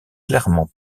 clairement